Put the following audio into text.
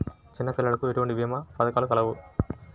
చిన్నపిల్లలకు ఎటువంటి భీమా పథకాలు కలవు?